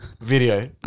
video